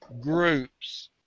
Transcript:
groups